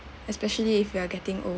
especially if you are getting old